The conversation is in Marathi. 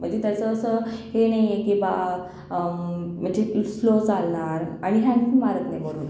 म्हणजे त्याचं असं हे नाही आहे की बा म्हणजे स्लो चालणार आणि हँग पण मारत नाही वरून